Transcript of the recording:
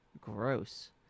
gross